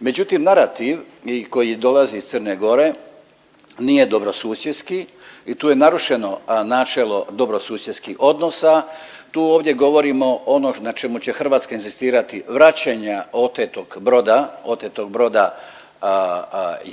Međutim, narativ koji dolazi iz Crne Gore nije dobrosusjedski i tu je narušeno načelo dobrosusjedskih odnosa. Tu ovdje govorimo ono na čemu će Hrvatska inzistirati vraćanja otetog broda, otetog broda,